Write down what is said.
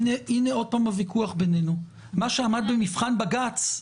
כל מדינה מדווחת למאגר העולמי הזה.